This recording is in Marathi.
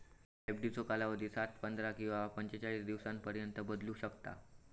एफडीचो कालावधी सात, पंधरा किंवा पंचेचाळीस दिवसांपर्यंत बदलू शकता